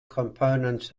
components